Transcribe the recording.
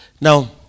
Now